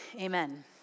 amen